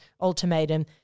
ultimatum